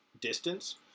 distance